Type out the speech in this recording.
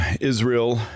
Israel